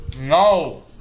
No